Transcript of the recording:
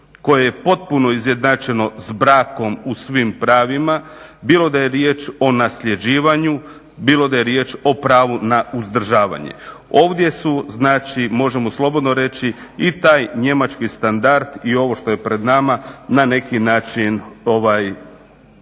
koje je potpuno izjednačeno s brakom u svim pravima, bilo da je riječ o nasljeđivanju, bilo da je riječ o pravu na uzdržavanje. Ovdje su znači, možemo slobodno reći i taj njemački standard i ovo što je pred nama na neki način ovaj